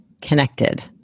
connected